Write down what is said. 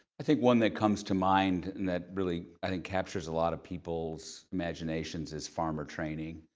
i think one that comes to mind and that really i think captures a lot of people's imaginations, is farmer training.